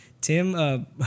Tim